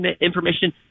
information